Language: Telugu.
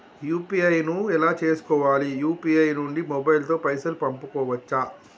యూ.పీ.ఐ ను ఎలా చేస్కోవాలి యూ.పీ.ఐ నుండి మొబైల్ తో పైసల్ పంపుకోవచ్చా?